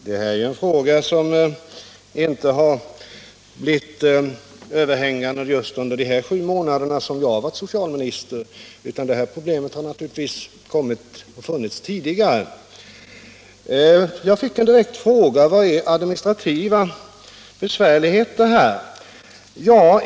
Herr talman! Det här problemet har inte blivit överhängande just under de sju månader jag har varit socialminister, utan det har naturligtvis funnits tidigare. Jag fick en direkt fråga: Vad är administrativa konsekvenser?